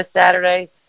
Saturday